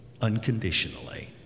unconditionally